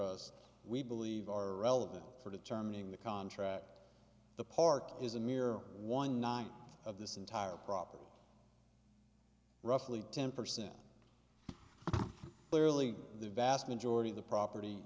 t we believe are relevant for determining the contract the park is a mere one nine of this entire property roughly ten percent clearly the vast majority of the property